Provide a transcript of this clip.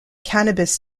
cannabis